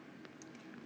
hi